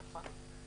נכון.